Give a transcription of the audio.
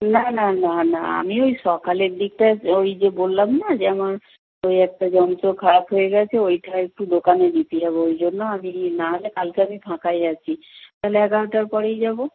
না না না না আমি ওই সকালের দিকটায় ওই যে বললাম না যে আমার ওই একটা যন্ত্র খারাপ হয়ে গেছে ওইটা একটু দোকানে দিতে যাব ওই জন্য আমি না হলে কালকে আমি ফাঁকাই আছি তাহলে এগারোটার পরেই যাব